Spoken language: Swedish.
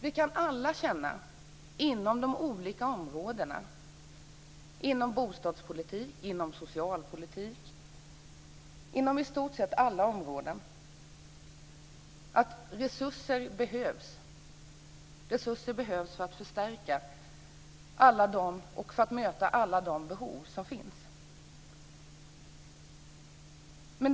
Vi som verkar inom de olika områdena - inom bostadspolitiken, inom socialpolitik och inom i stort sett alla områden - att det behövs resurser för att möta alla de behov som finns.